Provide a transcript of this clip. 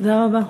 תודה רבה.